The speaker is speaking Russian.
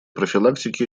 профилактики